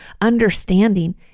understanding